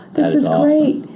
this is great.